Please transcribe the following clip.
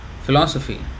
philosophy